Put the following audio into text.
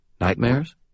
Nightmares